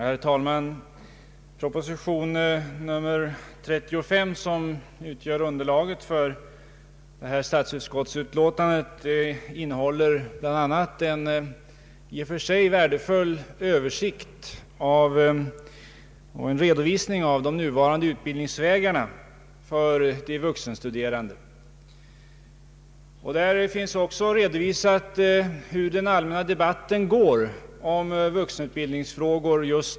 Herr talman! Propositionen nr 35 som utgör underlaget för statsutskottets föreliggande utlåtande innehåller bl.a. en i och för sig värdefull översikt av de nuvarande utbildningsvägarna för de vuxenstuderande. Där finns också redovisat hur den allmänna debatten just nu går om vuxenutbildningsfrågor.